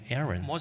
Aaron